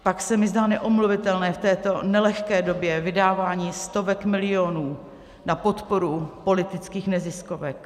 Pak se mi zdá neomluvitelné v této nelehké době vydávání stovek milionů na podporu politických neziskovek.